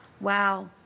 Wow